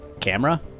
camera